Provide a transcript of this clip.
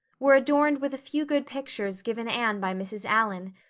were adorned with a few good pictures given anne by mrs. allan.